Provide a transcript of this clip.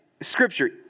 Scripture